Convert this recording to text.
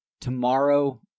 tomorrow